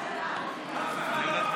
אף אחד לא מכר.